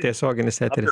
tiesioginis eteris